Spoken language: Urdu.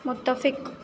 متفق